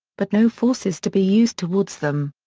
but no force is to be used towards them.